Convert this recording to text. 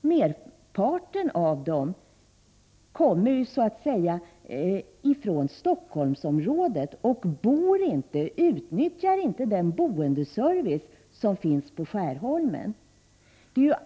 Merparten av dem kommer från Stockholmsområdet och utnyttjar alltså inte den boendeservice som finns på Skärholmen.